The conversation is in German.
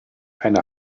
eine